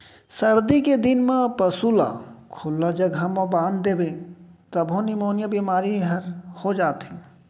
सरदी के दिन म पसू ल खुल्ला जघा म बांध देबे तभो निमोनिया बेमारी हर हो जाथे